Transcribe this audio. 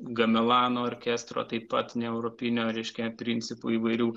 gamelano orkestro taip pat neeuropinio reiškia principų įvairių